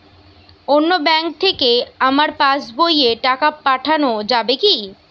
অন্য ব্যাঙ্ক থেকে আমার পাশবইয়ে টাকা পাঠানো যাবে কি?